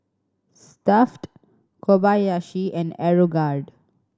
Stuff'd Kobayashi and Aeroguard